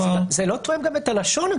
זה לא תואם את הלשון.